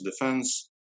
defense